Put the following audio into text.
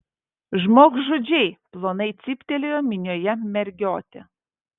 žmogžudžiai plonai cyptelėjo minioje mergiotė